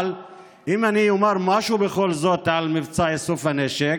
אבל אם אני אומר משהו בכל זאת על מבצע איסוף הנשק: